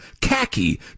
khaki